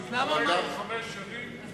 לפני חמש שנים, וראוי להגדיל אותו.